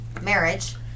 marriage